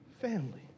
family